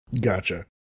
Gotcha